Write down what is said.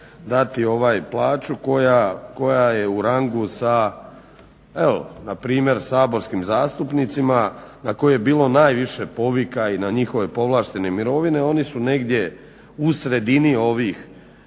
dati plaću koja je u rangu sa evo npr. saborskim zastupnicima na koje je bilo najviše povika i na njihove povlaštene mirovine. Oni su negdje u sredini ovog